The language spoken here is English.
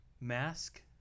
Mask